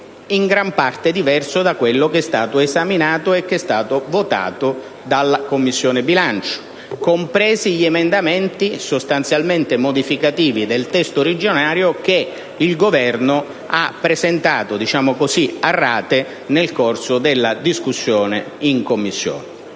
in gran parte diverso da quello esaminato e votato dalla Commissione bilancio, compresi gli emendamenti, sostanzialmente modificativi del testo originario, che il Governo ha presentato «a rate» nel corso della discussione in Commissione.